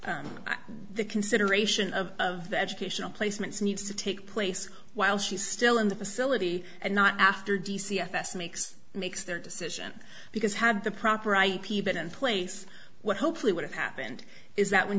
of the consideration of of the educational placements needs to take place while she's still in the facility and not after d c fs makes makes their decision because have the proper ip been in place what hopefully would have happened is that